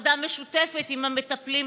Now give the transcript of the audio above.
עבודה משותפת עם המטפלים,